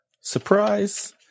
Surprise